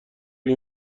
روی